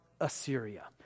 Assyria